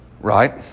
right